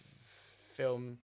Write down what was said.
film